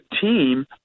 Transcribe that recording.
team